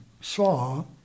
saw